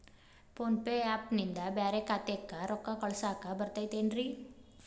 Phone pay app ನಿಂದ ಬ್ಯಾರೆ ಖಾತೆಕ್ ರೊಕ್ಕಾ ಕಳಸಾಕ್ ಬರತೈತೇನ್ರೇ?